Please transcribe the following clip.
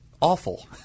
awful